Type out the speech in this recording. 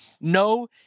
no